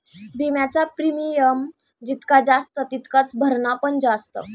विम्याचा प्रीमियम जितका जास्त तितकाच भरणा पण जास्त